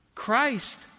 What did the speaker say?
Christ